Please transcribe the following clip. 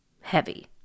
heavy